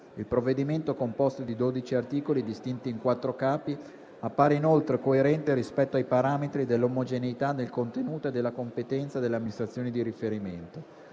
Il provvedimento, composto di 12 articoli, distinti in quattro Capi, appare inoltre coerente rispetto ai parametri dell'omogeneità del contenuto e della competenza delle amministrazioni di riferimento.